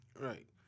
Right